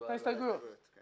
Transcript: הצבעה בעד 2 נגד 3